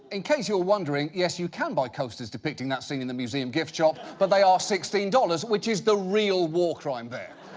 in case you were wondering, yes, you can buy coasters depicting that scene in the museum gift shop, but they are sixteen dollars, which is the real war crime there!